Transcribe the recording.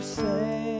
say